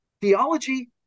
Theology